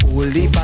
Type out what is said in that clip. Holy